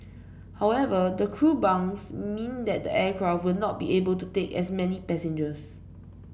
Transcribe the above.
however the crew bunks mean that the aircraft will not be able to take as many passengers